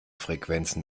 frequenzen